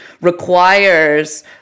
requires